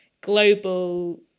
global